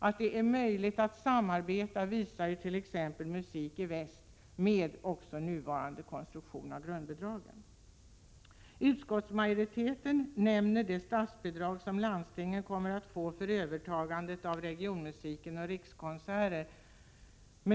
Att det är möjligt att samarbeta också med nuvarande konstruktion av grundbidragen visar ju t.ex. Musik i väst. Utskottsmajoriteten nämner det statsbidrag som landstingen kommer att få för övertagandet av regionmusiken och Rikskonserter.